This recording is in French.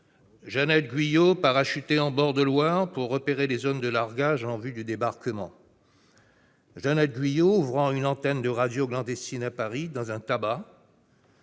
Jeannette Guyot, parachutée en bord de Loire pour repérer les zones de largage en vue du débarquement. Jeannette Guyot, ouvrant une antenne de radio clandestine à Paris, dans un tabac,